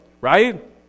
right